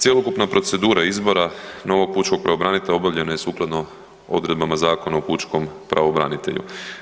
Cjelokupna procedura novog pučkog pravobranitelja obavljena je sukladno odredbama Zakona o pučkom pravobranitelju.